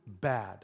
bad